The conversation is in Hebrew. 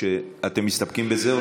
אתם מסתפקים בזה?